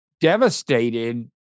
devastated